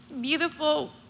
beautiful